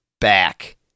back